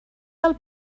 del